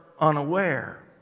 unaware